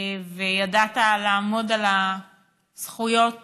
וידעת לעמוד על הזכויות